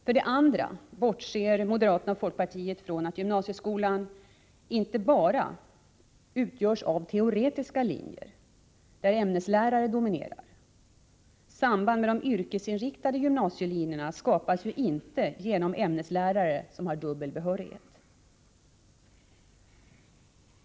För det andra bortser moderaterna och folkpartiet från att gymnasieskolan inte bara utgörs av teoretiska linjer där ämneslärare dominerar. Samband med de yrkesinriktade gymnasielinjerna skapas inte genom ämneslärare som har dubbel behörighet.